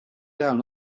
down